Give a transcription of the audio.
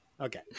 Okay